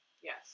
yes